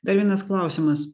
dar vienas klausimas